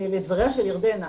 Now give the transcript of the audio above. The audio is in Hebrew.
לדבריה של ירדנה,